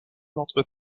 l’entre